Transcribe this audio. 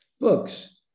books